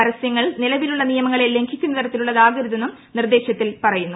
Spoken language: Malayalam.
പരസ്യങ്ങൾ നിലവിലുള്ള നിയമങ്ങളെ ലംഘിക്കുന്ന തരത്തിലുള്ളതാകരുതെന്നും നിർദേശത്തിൽ പറയുന്നു